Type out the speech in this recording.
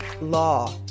Law